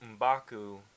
Mbaku